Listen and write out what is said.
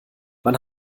wann